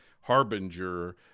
Harbinger